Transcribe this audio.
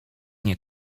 nie